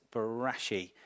Barashi